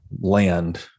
land